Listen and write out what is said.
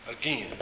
again